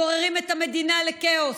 גוררים את המדינה לכאוס.